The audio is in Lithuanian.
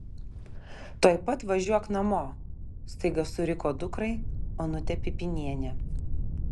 tuoj pat važiuok namo staiga suriko dukrai onutė pipynienė